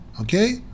Okay